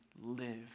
live